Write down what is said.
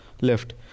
left